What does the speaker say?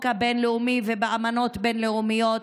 בחוק הבין-לאומי ובאמנות בין-לאומיות.